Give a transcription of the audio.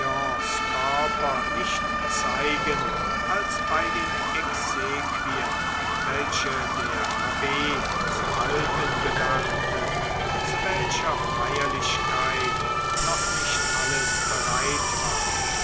nicht zeigen als bei den exequien welche der abb zu halten gedachte zu welcher feierlichkeit noch nicht alles bereit war